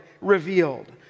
revealed